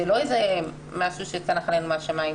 זה לא משהו שצנח עלינו מהשמיים.